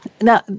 Now